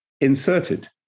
inserted